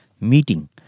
meeting